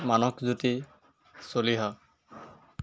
Manasjyoti Chaliha